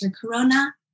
corona